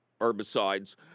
herbicides